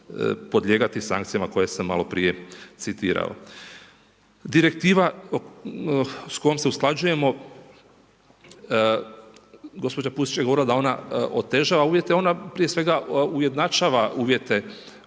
podlijegati sankcijama koje sam maloprije citirao. Direktiva s kojom se usklađujemo, gospođa Pusić je govorila da ona otežava uvjete, ona prije svega ujednačava uvjete u